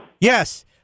Yes